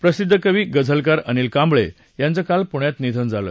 प्रसिद्ध कवी गझलकार अनिल कांबळे यांचं काल पूण्यात निधन झालं